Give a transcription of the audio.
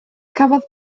cafodd